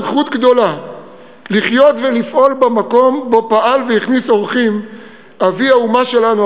זכות גדולה לחיות ולפעול במקום שבו פעל והכניס אורחים אבי האומה שלנו,